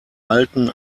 alten